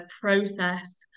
process